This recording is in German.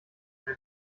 eine